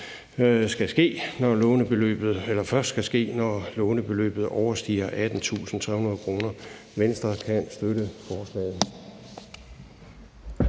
skal ske, når lånebeløbet overstiger 18.300 kr. Venstre kan støtte forslaget.